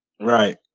Right